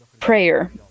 prayer